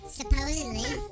supposedly